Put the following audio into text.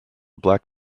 black